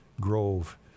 Grove